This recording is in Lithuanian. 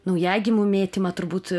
naujagimių mėtymą turbūt